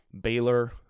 Baylor